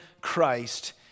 Christ